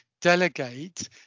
delegate